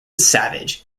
savage